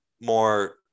more